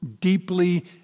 deeply